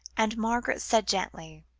and margaret said gently